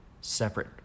separate